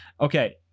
Okay